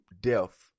death